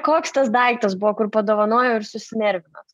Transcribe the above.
koks tas daiktas buvo kur padovanojo ir susinervinot